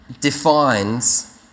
defines